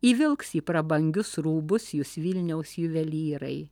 įvilks į prabangius rūbus jus vilniaus juvelyrai